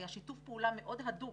היה שיתוף פעולה מאוד הדוק